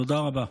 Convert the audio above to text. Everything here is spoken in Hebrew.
תודה רבה.